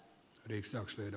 värderade talman